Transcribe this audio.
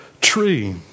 tree